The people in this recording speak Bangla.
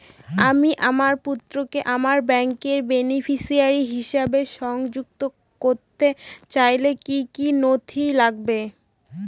আমি আমার পুত্রকে আমার ব্যাংকের বেনিফিসিয়ারি হিসেবে সংযুক্ত করতে চাইলে কি কী নথি লাগবে?